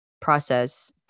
process